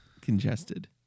Congested